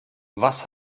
was